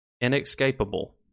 Inescapable